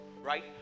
right